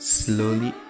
slowly